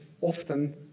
often